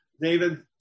David